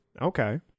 Okay